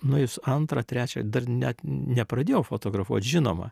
nuėjus antrą trečią dar net nepradėjau fotografuot žinoma